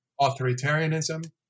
authoritarianism